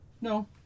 No